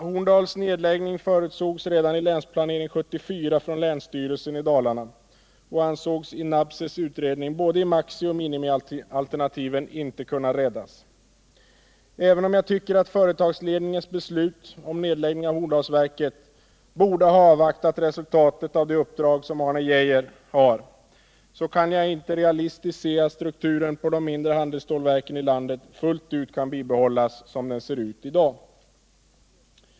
Horndals nedläggning förutsågs redan i länsplanering 74 från länsstyrelsen i Kopparbergs län och ansågs i Lars Nabseths utredning i både maxioch minialternativen inte kunna räddas. Även om jag tycker att företagsledningen när det gäller beslutet om nedläggning av Horndalsverket borde ha avvaktat resultatet av det uppdrag som Arne Geijer har kan jag inte realistiskt se att strukturen på de mindre handelsstålverken i landet fullt ut kan bibehållas som den ser ut i dag.